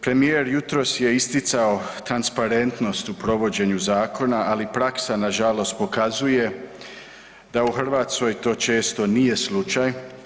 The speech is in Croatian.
Premijer jutros je isticao transparentnost u provođenju zakona, ali praksa nažalost pokazuje da u Hrvatskoj to često nije slučaj.